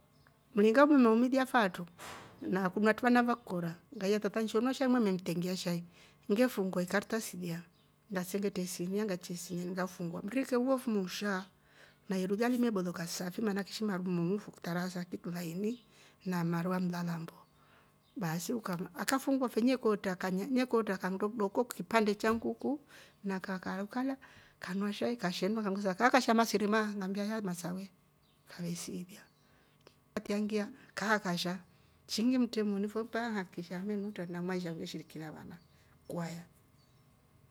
Mringa umeme omilia faatro na kunu hatri vana vakora ngaiya tata nshio nywa sahi ngime memmetengia shai ngefungu ikartasi lilya ngasengetra isinia ngaichya isnieni mrike we fuma usha na iru ilya lime boloka safi maana shi maru moomu fo kitaraasa kilaini na marua ah mlalambo baasi akafungua fe ne kootra kanye neekootra kanndo kidoko kipande channguku na kakaru kalya kanywa shai kashendwa akambesa kaakasha mashirima ngambia hai masawe kave siilya, akangiiya kaa kasha shi ngimtremoni fo mpaka ngakikisha amenuutra na manya ne shiriki na vana kwae.